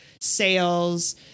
sales